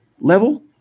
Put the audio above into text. level